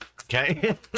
Okay